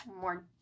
more